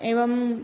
एवं